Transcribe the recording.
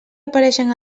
apareixen